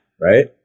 right